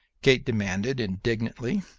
kate demanded, indignantly.